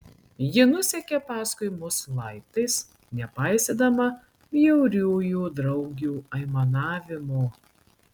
ji nusekė paskui mus laiptais nepaisydama bjauriųjų draugių aimanavimo